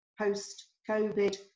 post-Covid